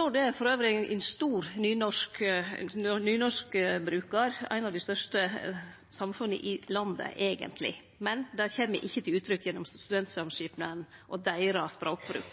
av dei største nynorsksamfunna i landet, men det kjem ikkje til uttrykk gjennom studentsamskipnaden og deira språkbruk.